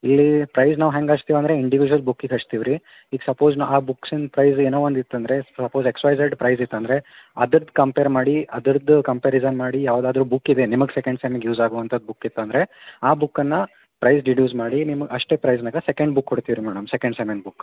ಇಲ್ಲಿ ಪ್ರೈಸ್ ನಾವು ಹೆಂಗೆ ಹಚ್ತೀವಿ ಅಂದರೆ ಇಂಡಿವಿಜುವಲ್ ಬುಕ್ಕಿಗೆ ಹಚ್ತೀವಿ ರೀ ಈಗ ಸಪೋಸ್ ನ ಆ ಬುಕ್ಸಿಂದು ಪ್ರೈಸ್ ಏನೋ ಒಂದು ಇತ್ತು ಅಂದರೆ suppose X Y Z price ಇತ್ತು ಅಂದರೆ ಅದ್ರದ್ದು ಕಂಪೇರ್ ಮಾಡಿ ಅದ್ರದ್ದು ಕಂಪೇರಿಸನ್ ಮಾಡಿ ಯಾವುದಾದ್ರು ಬುಕ್ ಇದೆ ನಿಮಗೆ ಸೆಕೆಂಡ್ ಸೆಮ್ಮಿಗೆ ಯೂಸ್ ಆಗುವಂಥದ್ದು ಬುಕ್ ಇತ್ತು ಅಂದರೆ ಆ ಬುಕ್ಕನ್ನು ಪ್ರೈಸ್ ಡೆಡ್ಯೂಸ್ ಮಾಡಿ ನಿಮಗೆ ಅಷ್ಟೇ ಪ್ರೈಸ್ನಾಗೆ ಸೆಕೆಂಡ್ ಬುಕ್ ಕೊಡ್ತೀವಿ ರೀ ಮೇಡಮ್ ಸೆಕೆಂಡ್ ಸೆಮ್ಮಿಂದು ಬುಕ್